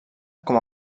com